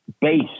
base